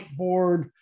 whiteboard